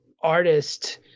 artist